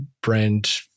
brand